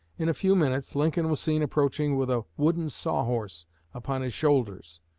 in a few minutes lincoln was seen approaching with a wooden saw-horse upon his shoulders.